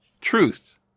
truth